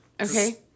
Okay